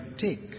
take